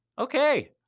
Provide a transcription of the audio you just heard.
Okay